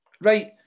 Right